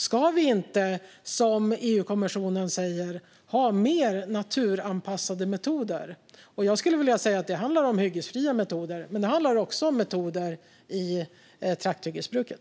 Ska vi inte, som EUkommissionen säger, ha mer naturanpassade metoder? Jag skulle säga att det handlar om hyggesfria metoder, men det handlar också om metoder i trakthyggesbruket.